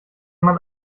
man